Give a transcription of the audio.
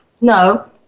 No